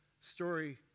story